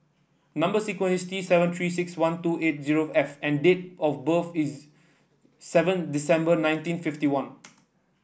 number sequence is T seven Three six one two eight zero F and date of birth is seven December nineteen fifty one